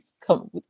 come